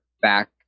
back